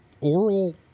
oral